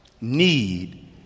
need